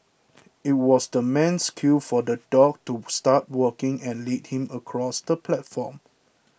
it was the man's cue for the dog to start walking and lead him across the platform